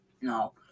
No